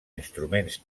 instruments